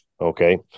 Okay